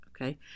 okay